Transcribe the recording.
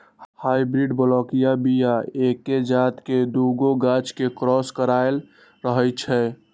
hybrid बलौकीय बीया एके जात के दुगो गाछ के क्रॉस कराएल रहै छै